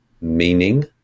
meaning